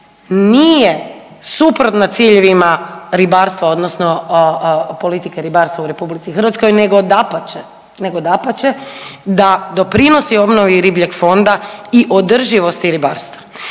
nije suprotna ciljevima ribarstva odnosno politike ribarstva u RH nego dapače, nego dapače da doprinosi obnovi ribljeg fonda i održivosti ribarstva